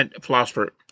philosopher